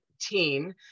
teen